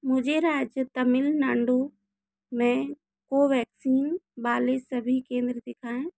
मुझे राज्य तमिलनाडु में कोवैक्सीन वाले सभी केंद्र दिखाएँ